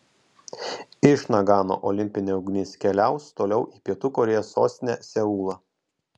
iš nagano olimpinė ugnis keliaus toliau į pietų korėjos sostinę seulą